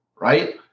Right